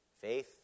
Faith